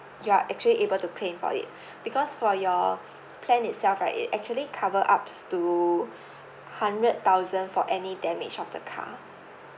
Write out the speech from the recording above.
you are actually able to claim for it because for your plan itself right it actually cover ups to hundred thousand for any damage of the car